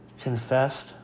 confessed